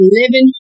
living